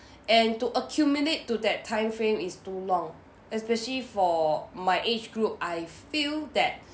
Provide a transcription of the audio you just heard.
and to accumulate to that time frame is too long especially for my age group I feel that